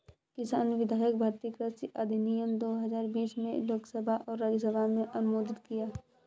किसान विधेयक भारतीय कृषि अधिनियम दो हजार बीस में लोकसभा और राज्यसभा में अनुमोदित किया